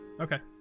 okay